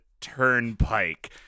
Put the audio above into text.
turnpike